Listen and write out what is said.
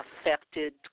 Affected